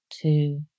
Two